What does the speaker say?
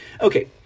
Okay